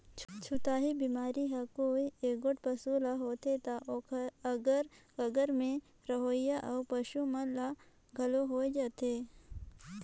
छूतही बेमारी हर कोई एगोट पसू ल होथे त ओखर अगर कगर में रहोइया अउ पसू मन ल घलो होय जाथे